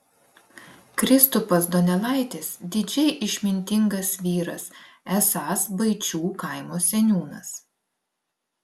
kristupas donelaitis didžiai išmintingas vyras esąs baičių kaimo seniūnas